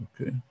Okay